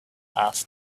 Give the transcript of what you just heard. asked